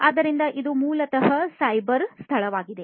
ಆದ್ದರಿಂದ ಇದು ಮೂಲತಃ ಸೈಬರ್ ಸ್ಥಳವಾಗಿದೆ